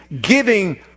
giving